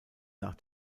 nach